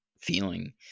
feeling